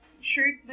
Shirt